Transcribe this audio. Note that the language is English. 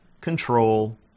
control